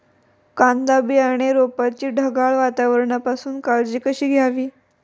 कांदा बियाणे रोपाची ढगाळ वातावरणापासून काळजी कशी घ्यावी?